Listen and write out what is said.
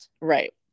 Right